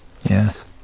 Yes